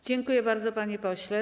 Dziękuję bardzo, panie pośle.